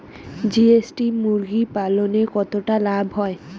GST মুরগি পালনে কতটা লাভ হয়?